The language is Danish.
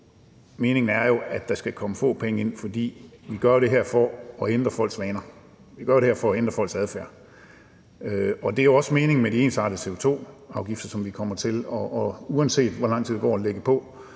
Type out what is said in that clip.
vi håber på, at der kommer få penge ind, for vi gør det her for at ændre folks vaner; vi gør det her for at ændre folks adfærd. Og det er også meningen med de ensartede CO2-afgifter, som vi – uanset hvor lang tid der går – kommer